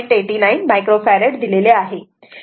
89 micro farad दिले आहे